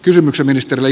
kysymyksen ministeri